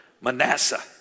Manasseh